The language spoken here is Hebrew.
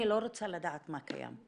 אני לא רוצה לדעת מה קיים.